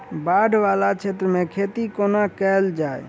बाढ़ वला क्षेत्र मे खेती कोना कैल जाय?